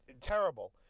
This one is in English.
terrible